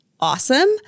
awesome